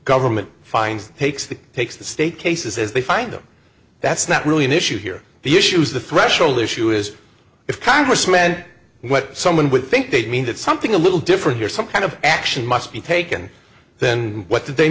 government finds the takes the state cases as they find them that's not really an issue here the issues the threshold issue is if congress men what someone would think they'd mean that something a little different here some kind of action must be taken than what they